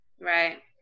Right